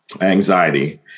anxiety